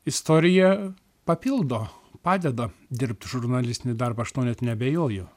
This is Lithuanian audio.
istorija papildo padeda dirbti žurnalistinį darbą aš tuo net neabejoju